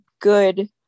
good